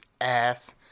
ass-